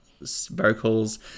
vocals